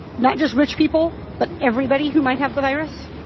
not just rich people but everybody who might have the virus?